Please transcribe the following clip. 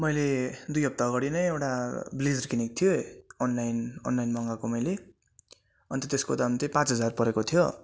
मैले दुई हप्ता अगाडि नै एउटा ब्लेजर किनेको थिएँ अनलाइन अनलाइन मगाएको मैले अन्त त्यसको दाम चाहिँ पाँच हजार परेको थियो